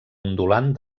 ondulant